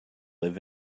live